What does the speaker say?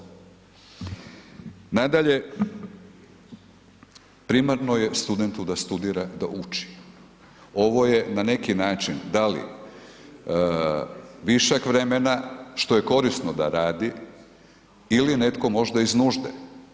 Nadalje, primarno je studentu da studira, da uči, ovo je na neki način da li višak vremena što je korisno da radi ili netko možda iz nužde.